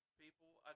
People